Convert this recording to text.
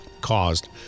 caused